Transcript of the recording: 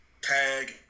tag